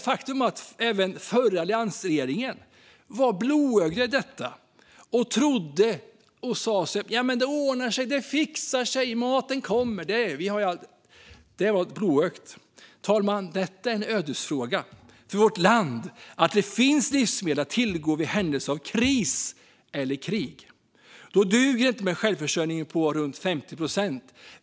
Faktum är att även den förra alliansregeringen var blåögd i detta och sa att det ordnar sig. Det fixar sig. Maten kommer. Det var blåögt. Fru talman! Det är en ödesfråga för vårt land att det finns livsmedel att tillgå i händelse av kris eller krig. Då duger det inte med en självförsörjning på runt 50 procent.